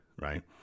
right